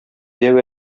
дәү